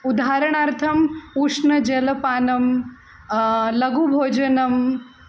उदाहरणार्थम् उष्णजलपानं लघुभोजनम्